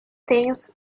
things